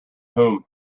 whom